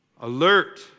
alert